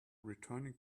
returning